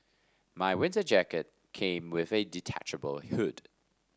my winter jacket came with a detachable hood